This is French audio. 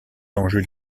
enjeux